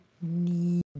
need